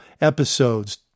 episodes